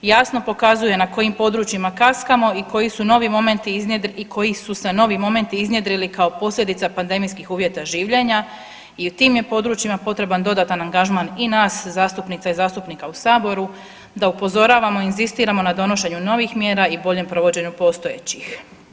Jasno pokazuje na kojim područjima kaskamo i koji su novi momenti, i koji su se novi momenti iznjedrili kao posljedica pandemijskih uvjeta življenja i u tim je područjima potreban dodatan angažman i nas zastupnica i zastupnika u saboru da upozoravamo, inzistiramo na donošenju novih mjera i boljem provođenju postojećih.